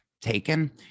taken